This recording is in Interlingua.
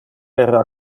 era